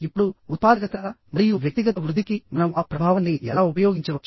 ఇప్పుడు ఉత్పాదకత మరియు వ్యక్తిగత వృద్ధికి మనం ఆ ప్రభావాన్ని ఎలా ఉపయోగించవచ్చు